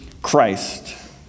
Christ